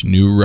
New